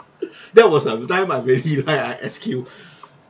that was a time I really like ah S_Q